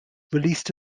released